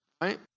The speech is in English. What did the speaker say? right